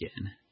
again